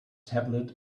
tablet